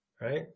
right